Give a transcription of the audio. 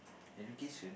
have you kiss with